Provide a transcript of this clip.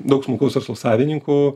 daug smulkaus verslo savininkų